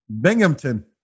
Binghamton